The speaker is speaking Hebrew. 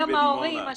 אולי גם ההורים אשמים,